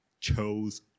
chose